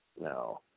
no